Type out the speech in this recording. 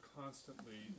constantly